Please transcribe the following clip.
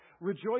Rejoice